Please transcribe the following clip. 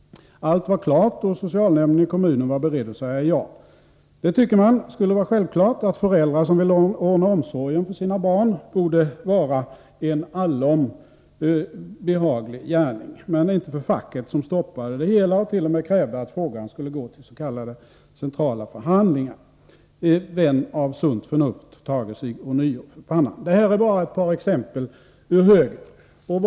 Allt var klart, och socialnämnden i kommunen var beredd att säga ja. Man tycker att det borde vara självklart att om föräldrar själva vill ordna omsorgen för sina barn, så vore detta en allom behaglig gärning. Men så var det icke för facket, som stoppade det hela och t.o.m. krävde att frågan skulle tas upp is.k. centrala förhandlingar. Vän av sunt förnuft tage sig ånyo för pannan! Det här var bara ett par exempel ur högen.